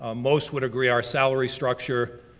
ah most would agree, our salary structure,